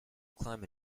climb